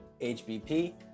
HBP